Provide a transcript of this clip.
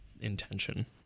intention